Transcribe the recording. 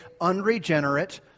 unregenerate